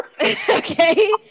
okay